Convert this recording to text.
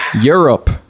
Europe